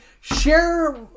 Share